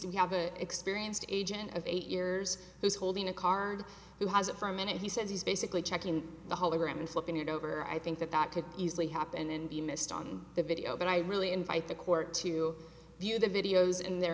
you have an experienced agent of eight years who's holding a card who hasn't for a minute he says he's basically checking the hologram and flipping it over i think that that could easily happen and be missed on the video but i really invite the court to view the videos in their